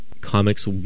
comics